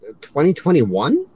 2021